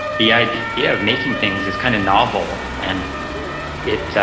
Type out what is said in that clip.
the idea yeah of making things is kind of novel and it